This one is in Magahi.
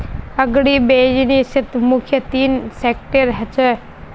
अग्रीबिज़नेसत मुख्य तीन सेक्टर ह छे